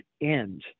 end